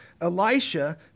Elisha